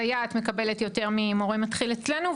סייעת מקבלת יותר ממורה מתחיל אצלנו,